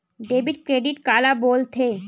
Debit credit काला बोल थे?